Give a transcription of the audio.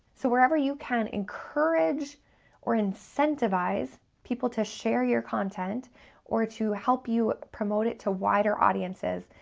so wherever you can encourage or incentivize people to share your content or to help you promote it to wider audiences,